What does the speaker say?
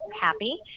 happy